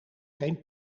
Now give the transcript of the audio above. geen